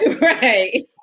Right